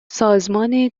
سازمان